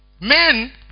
Men